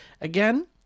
Again